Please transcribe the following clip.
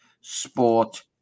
sport